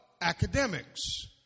Academics